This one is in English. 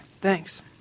Thanks